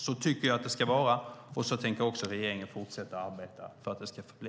Så tycker jag att det ska vara, och så tänker också regeringen fortsätta arbeta för att det ska förbli.